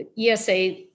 ESA